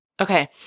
Okay